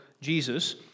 Jesus